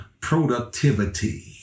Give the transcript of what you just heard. productivity